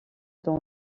dans